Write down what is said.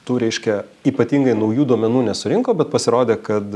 tų reiškia ypatingai naujų duomenų nesurinko bet pasirodė kad